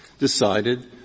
decided